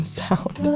sound